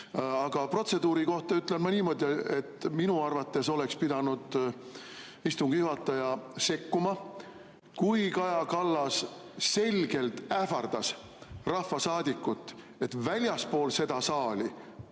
Aga protseduuri kohta ütlen ma niimoodi, et minu arvates oleks pidanud istungi juhataja sekkuma, kui Kaja Kallas selgelt ähvardas rahvasaadikut, et ta väljaspool seda saali